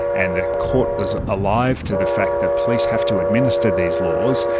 and the court was alive to the fact that police have to administer these laws,